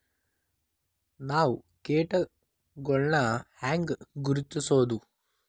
ನಾವ್ ಕೇಟಗೊಳ್ನ ಹ್ಯಾಂಗ್ ಗುರುತಿಸೋದು?